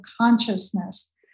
consciousness